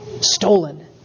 Stolen